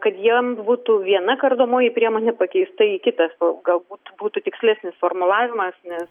kad jiems būtų viena kardomoji priemonė pakeista į kitą galbūt būtų tikslesnis formulavimas nes